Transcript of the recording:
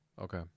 Okay